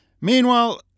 Meanwhile